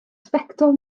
sbectol